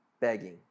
begging